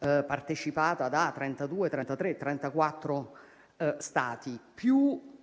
partecipata da 32, 33, 34 Stati: più